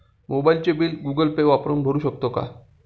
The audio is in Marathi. मोबाइलचे बिल गूगल पे वापरून भरू शकतो का?